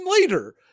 later